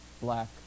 black